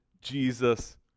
Jesus